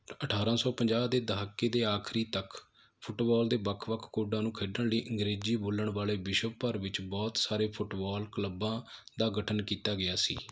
ਅਠਾਰਾਂ ਸੌ ਪੰਜਾਹ ਦੇ ਦਹਾਕੇ ਦੇ ਆਖਰੀ ਤੱਕ ਫੁੱਟਬਾਲ ਦੇ ਵੱਖ ਵੱਖ ਕੋਡਾਂ ਨੂੰ ਖੇਡਣ ਲਈ ਅੰਗਰੇਜ਼ੀ ਬੋਲਣ ਵਾਲੇ ਵਿਸ਼ਵ ਭਰ ਵਿੱਚ ਬਹੁਤ ਸਾਰੇ ਫੁੱਟਬਾਲ ਕਲੱਬਾਂ ਦਾ ਗਠਨ ਕੀਤਾ ਗਿਆ ਸੀ